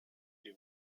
die